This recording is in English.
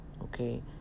okay